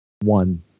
one